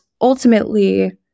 ultimately